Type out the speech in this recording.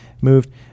moved